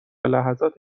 لحظات